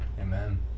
Amen